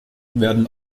werden